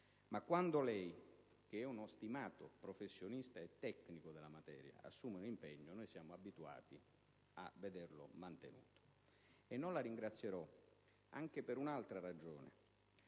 Ma quando lei, che è uno stimato professionista e tecnico della materia, assume un impegno, siamo abituati a vederlo mantenuto. Non la ringrazierò anche per un'altra ragione.